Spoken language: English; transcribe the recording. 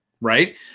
right